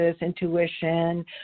intuition